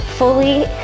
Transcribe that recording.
Fully